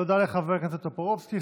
תודה לחבר הכנסת טופורובסקי.